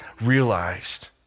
realized